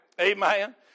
Amen